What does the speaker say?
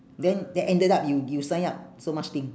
then then ended up you you sign up so much thing